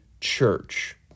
church